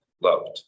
loved